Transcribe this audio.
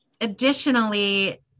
Additionally